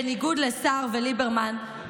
בניגוד לסער וליברמן,